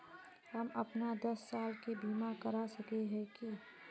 हम अपन दस साल के बीमा करा सके है की?